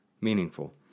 meaningful